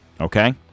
Okay